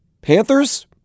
Panthers